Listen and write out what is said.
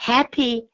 Happy